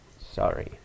sorry